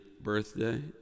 birthday